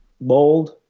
bold